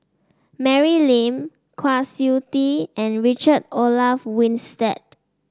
Mary Lim Kwa Siew Tee and Richard Olaf Winstedt